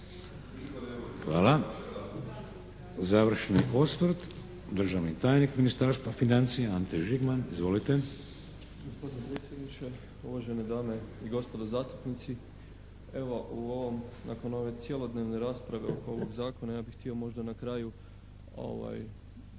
Hvala. Završni osvrt državni tajnik Ministarstva financija Ante Žigman. **Žigman,